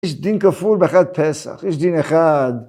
יש דין כפול בחג פסח, יש דין אחד...